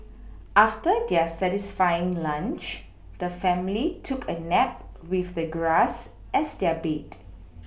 after their satisfying lunch the family took a nap with the grass as their bed